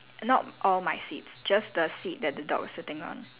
not all my seats just the seat that the dog is sitting on